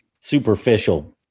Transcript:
superficial